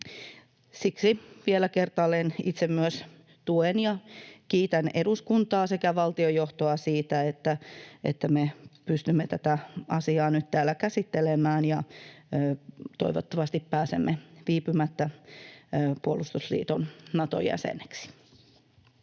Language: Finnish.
Siksi vielä kertaalleen itse myös tuen ja kiitän eduskuntaa sekä valtiojohtoa siitä, että me pystymme tätä asiaa nyt täällä käsittelemään. Toivottavasti pääsemme viipymättä puolustusliitto Naton jäseneksi.